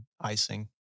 icing